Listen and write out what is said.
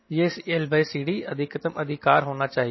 यह CLCD अधिकतम अधिकार होना चाहिए